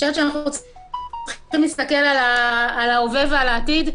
אני חושבת שאנחנו צריכים להסתכל על ההווה ועל העתיד,